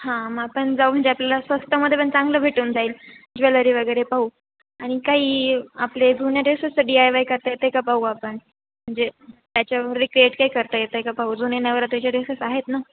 हां मग आपण जाऊ म्हणजे आपल्याला स्वस्तामध्ये पण चांगलं भेटून जाईल ज्वेलरी वगैरे पाहू आणि काही आपले जुन्या ड्रेसेसचं डी आय वाय करता येत आहे का पाहू आपण म्हणजे त्याच्यावर रिक्रेएट काही करता येत आहे का पाहू जुने नवरात्राचे ड्रेसेस आहेत ना